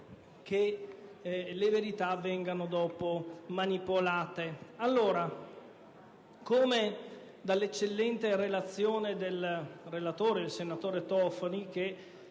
che le verità vengano manipolate.